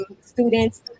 students